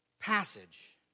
passage